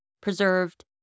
preserved